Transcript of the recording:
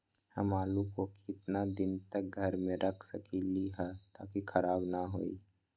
हम आलु को कितना दिन तक घर मे रख सकली ह ताकि खराब न होई?